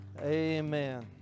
Amen